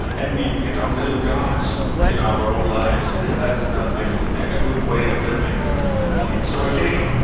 and we become little gods in our own lives. lives. and that is not really a good way of living for human beings so again,